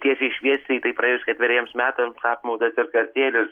tiesiai šviesiai tai praėjus ketveriems metams apmaudas ir kartėlis